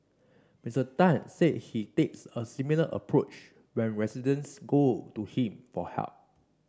Mister Tan said he takes a similar approach when residents go to him for help